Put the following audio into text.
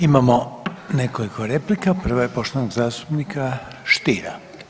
Imamo nekoliko replika, prva je poštovanog zastupnika Stiera.